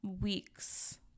weeks